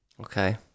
Okay